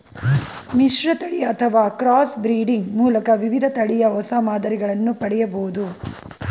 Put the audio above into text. ಮಿಶ್ರತಳಿ ಅಥವಾ cross breeding ಮೂಲಕ ವಿವಿಧ ತಳಿಯ ಹೊಸ ಮಾದರಿಗಳನ್ನು ಪಡೆಯಬೋದು